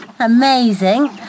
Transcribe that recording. amazing